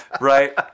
right